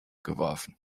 geworfen